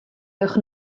dewch